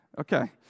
Okay